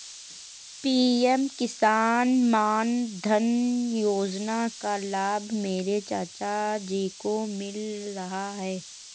PM किसान मानधन योजना का लाभ मेरे चाचा जी को मिल रहा है